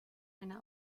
eine